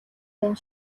байна